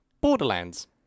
Borderlands